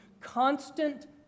constant